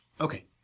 Okay